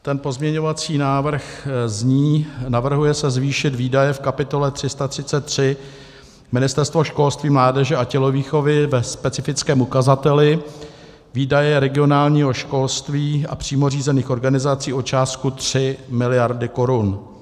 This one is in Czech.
Ten pozměňovací návrh zní: Navrhuje se zvýšit výdaje v kapitole 333 Ministerstvo školství, mládeže a tělovýchovy ve specifickém ukazateli výdaje regionálního školství a přímo řízených organizací o částku 3 mld. korun.